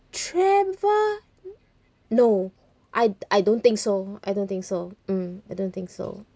travel no I I don't think so I don't think so mm I don't think so